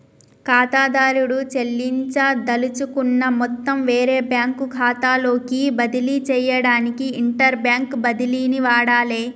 ఖాతాదారుడు చెల్లించదలుచుకున్న మొత్తం వేరే బ్యాంకు ఖాతాలోకి బదిలీ చేయడానికి ఇంటర్బ్యాంక్ బదిలీని వాడాలే